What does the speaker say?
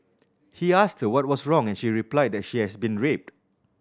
he asked what was wrong and she replied that she had been raped